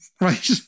Right